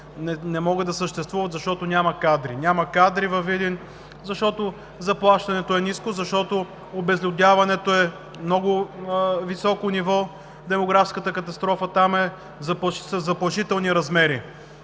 не могат да съществуват, защото няма кадри във Видин и заплащането е ниско, защото обезлюдяването е на много високо ниво, демографската катастрофа там е със заплашителни размери.